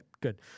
good